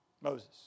Moses